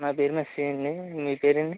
నా పేరు మెస్సి అండి మీ పేరండి